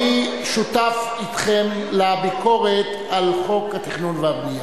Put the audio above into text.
אני שותף אתכם לביקורת על חוק התכנון והבנייה.